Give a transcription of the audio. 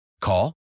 Call